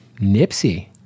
Nipsey